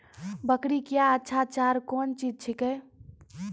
बकरी क्या अच्छा चार कौन चीज छै के?